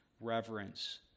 reverence